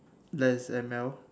let's M_L